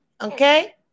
okay